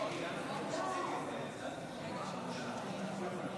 הצעת החוק שהציגה כאן חברת הכנסת שרון ניר,